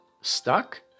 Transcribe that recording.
Stuck